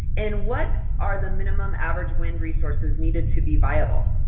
and what are the minimum average wind resources needed to be viable?